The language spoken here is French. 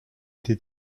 été